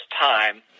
time